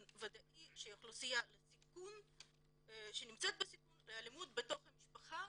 ודאי שהיא אוכלוסייה שנמצאת בסיכון לאלימות בתוך המשפחה